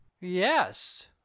Yes